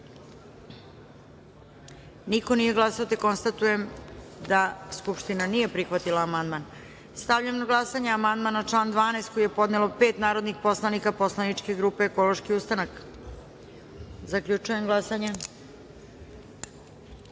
niko nije glasao. Konstatujem da amandman nije prihvaćen. Stavljam na glasanje amandman na član 20. koji je podnelo pet narodnih poslanika posleničke grupe Ekološki ustanak. Zaključujem glasanje: